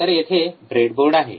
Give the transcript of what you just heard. तर येथे ब्रेडबोर्ड आहे